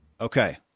Okay